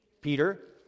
Peter